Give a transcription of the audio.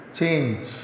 Change